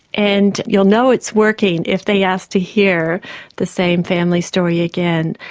and you'll know it's working if they ask to hear the same family story again.